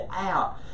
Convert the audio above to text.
out